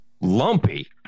lumpy